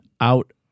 out